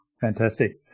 Fantastic